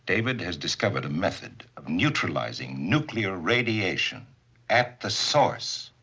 david has discovered a method of neutralizing nuclear radiation at the source.